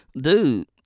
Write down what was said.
dude